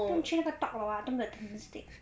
不用去那个 talk 的 [what] 都没有